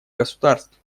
государств